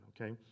okay